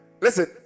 Listen